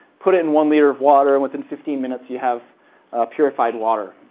put it in one liter of water. within fifteen minutes you have purified water.